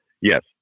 yes